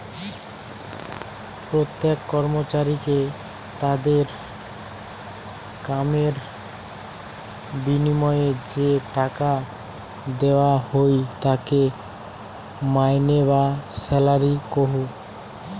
প্রত্যেক কর্মচারীকে তাদের কামের বিনিময়ে যে টাকা দেওয়া হই তাকে মাইনে বা স্যালারি কহু